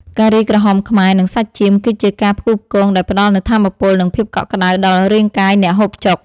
ការីក្រហមខ្មែរនិងសាច់ចៀមគឺជាការផ្គូផ្គងដែលផ្តល់នូវថាមពលនិងភាពកក់ក្តៅដល់រាងកាយអ្នកហូបចុក។